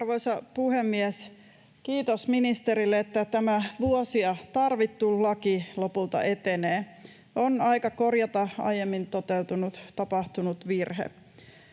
Arvoisa puhemies! Kiitos ministerille, että tämä vuosia tarvittu laki lopulta etenee. On aika korjata aiemmin tapahtunut virhe.